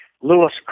Lewis